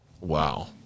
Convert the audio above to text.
Wow